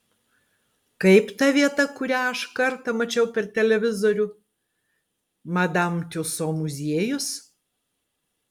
kaip ta vieta kurią aš kartą mačiau per televizorių madam tiuso muziejus